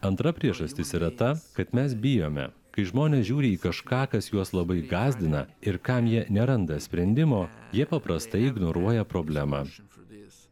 antra priežastis yra ta kad mes bijome kai žmonės žiūri į kažką kas juos labai gąsdina ir kam jie neranda sprendimo jie paprastai ignoruoja problemą